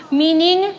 meaning